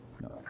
No